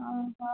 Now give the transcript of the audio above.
ଓ ହଁ